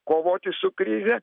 kovoti su krize